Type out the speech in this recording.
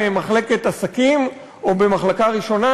במחלקת עסקים או במחלקה ראשונה?